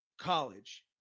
college